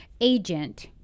agent